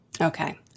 Okay